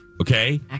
okay